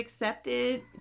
accepted